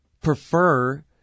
prefer